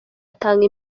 atanga